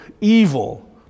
evil